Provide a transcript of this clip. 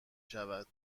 شود